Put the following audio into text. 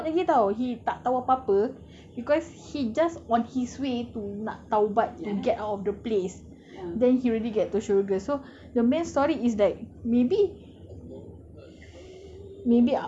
ya because niat dia because dia belum taubat lagi [tau] he tak tahu apa-apa because he just on his way to nak taubat to get out of the place then he already get to syurga so the main story is like maybe